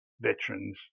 veterans